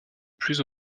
plus